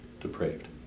depraved